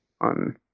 on